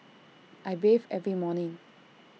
I bathe every morning